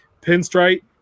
pinstripe